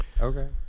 Okay